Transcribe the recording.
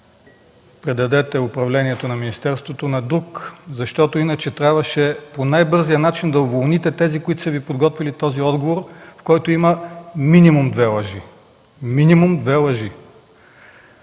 предадете управлението на министерството на друг, защото иначе трябваше по най-бързия начин да уволните тези, които са Ви подготвили този отговор, в който има минимум две лъжи. Минимум две лъжи!